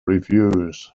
reviews